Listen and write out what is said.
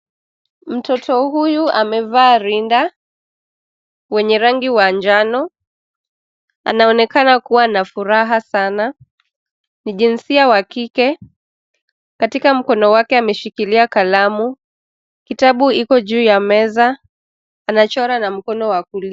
Mtoto huyu amevaa rinda wenye rangi wa njano anaonekana kuwa na furaha sana. Ni jinsia wa kike. Katika mkono wake ameshikilia kalamu. Kitabu iko juu ya meza. Anachora na mkono wakulia.